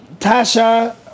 Tasha